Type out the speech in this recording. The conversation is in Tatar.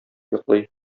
йоклый